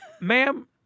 ma'am